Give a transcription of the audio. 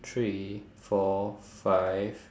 three four five